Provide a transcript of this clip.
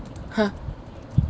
!huh!